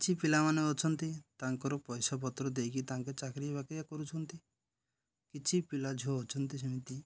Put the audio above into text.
କିଛି ପିଲାମାନେ ଅଛନ୍ତି ତାଙ୍କର ପଇସା ପତ୍ର ଦେଇକି ତାଙ୍କେ ଚାକିରି ବାକିଆ କରୁଛନ୍ତି କିଛି ପିଲା ଝିଅ ଅଛନ୍ତି ସେମିତି